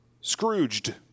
Scrooged